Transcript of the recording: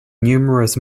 numerous